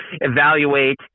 evaluate